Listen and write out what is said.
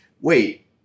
wait